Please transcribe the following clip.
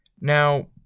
now